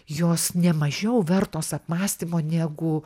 jos nemažiau vertos apmąstymo negu